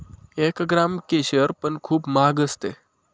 एक ग्राम केशर पण खूप महाग असते